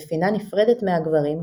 בפינה נפרדת מהגברים,